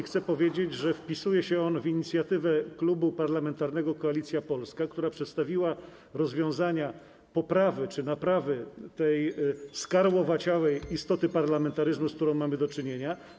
Chcę powiedzieć, że wpisuje się to w inicjatywę Klubu Parlamentarnego Koalicja Polska, który przedstawił rozwiązania dotyczące poprawy, czy też naprawy tej skarłowaciałej istoty parlamentaryzmu, z którą mamy do czynienia.